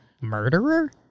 Murderer